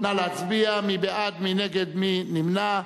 נא להצביע.